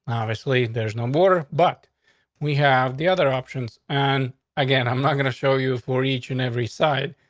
obviously there's no border, but we have the other options. and again, i'm not going to show you for each and every side.